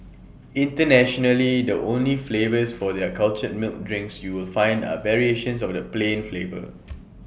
internationally the only flavours for their cultured milk drinks you will find are variations of the plain flavour